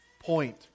point